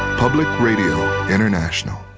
public radio international.